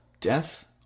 death